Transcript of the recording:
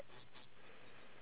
ya